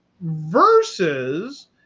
Versus